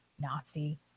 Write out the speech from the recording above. Nazi